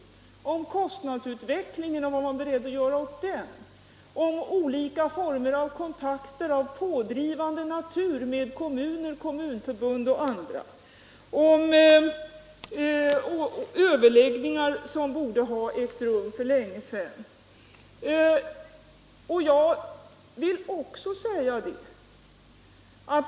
Jag frågade vad man var beredd att göra åt kostnadsutvecklingen, hur man ställde sig till olika former av kontakter av pådrivande natur med kommuner, kommunförbund, m.fl. och jag frågade även efter överläggningar som borde ha ägt rum för länge sedan.